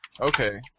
Okay